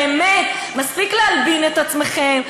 באמת, מספיק להלבין את עצמכם.